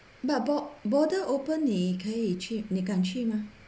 but bor~ border open 你可以去你敢去吗